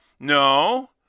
No